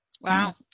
Wow